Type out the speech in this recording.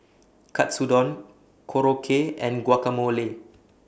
Katsudon Korokke and Guacamole